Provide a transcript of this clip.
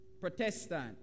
protestant